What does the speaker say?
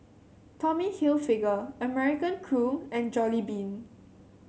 Tommy Hilfiger American Crew and Jollibean